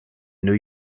new